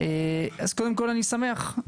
קודם כול, אני שמח.